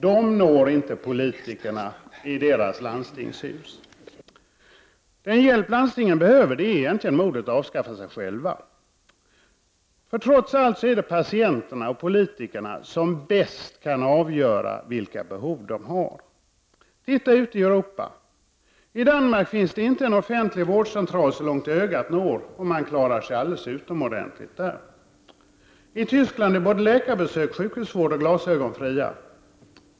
De når inte politikerna i landstingshuset. Den hjälp landstingen behöver är egentligen modet att avskaffa sig själva. Trots allt är det patienterna och inte politikerna som bäst kan avgöra vilka behov man har. Titta på hur det är ute i Europa. I Danmark finns det inte en offentlig vårdcentral så långt ögat når. Man klarar sig alldeles utmärkt där. I Västtyskland är både läkarbesök, sjukhusvård och glasögon fria.